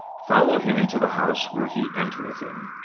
follow him into the house where he entereth in.